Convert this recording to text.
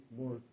more